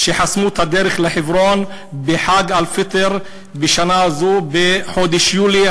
שחסמו את הדרך לחברון בחג אל-פיטר בחודש יולי.